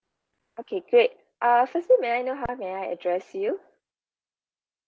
okay great uh firstly may I know how may I address you